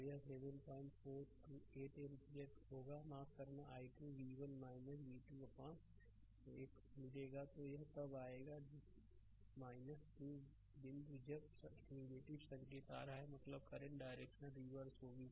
तो यह 7428 एम्पीयर होगा माफ़ करना i 2 v1 v2 अपान मिलेगा तो यह तब आएगा 2 बिंदु जब संकेत आ रहा है मतलब करंट डायरेक्शन रिवर्स होगी